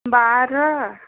बारह